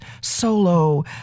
solo